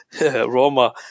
Roma